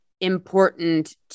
important